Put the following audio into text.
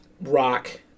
rock